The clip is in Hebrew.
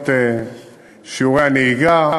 ותלמידות שיעורי הנהיגה,